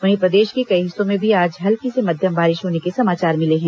वहीं प्रदेश के कई हिस्सों में भी आज हल्की से मध्यम बारिश होने के समाचार मिले हैं